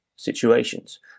Situations